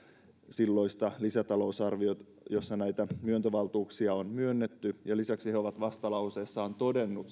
silloista lisätalousarviota jossa näitä myöntövaltuuksia on myönnetty ja lisäksi he ovat vastalauseessaan todenneet